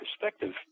perspective